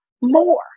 more